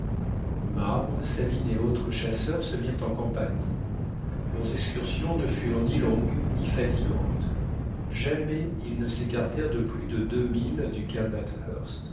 marbre sabine et autres chasseurs se mirent en campagne leurs excursions ne furent ni longues ni fatigantes jamais ils ne s'écartèrent de plus de deux milles du